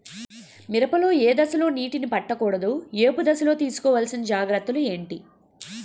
మిరప లో ఏ దశలో నీటినీ పట్టకూడదు? ఏపు దశలో తీసుకోవాల్సిన జాగ్రత్తలు ఏంటి?